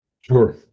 Sure